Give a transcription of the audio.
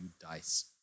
dice